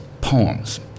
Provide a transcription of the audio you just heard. poems